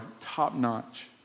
top-notch